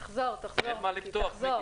תחזור, תחזור.